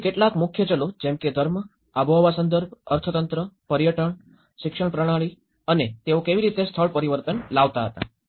તેથી કેટલાક મુખ્ય ચાલો જેમ કે ધર્મ આબોહવા સંદર્ભ અર્થતંત્ર પર્યટન શિક્ષણ પ્રણાલી અને તેઓ કેવી રીતે સ્થળ પરિવર્તન લાવતા હતા